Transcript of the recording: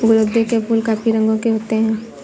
गुलाउदी के फूल काफी रंगों के होते हैं